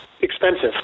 expensive